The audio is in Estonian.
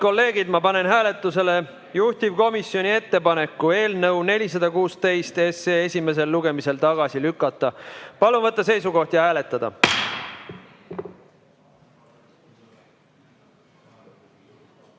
Head kolleegid, ma panen hääletusele juhtivkomisjoni ettepaneku eelnõu 416 esimesel lugemisel tagasi lükata. Palun võtta seisukoht ja hääletada!